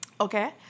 Okay